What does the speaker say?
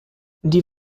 die